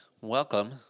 Welcome